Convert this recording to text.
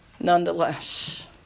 nonetheless